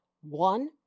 One